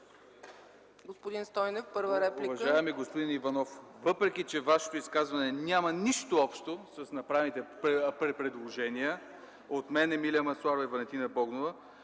Господин Стойнев – първа реплика.